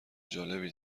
جالبی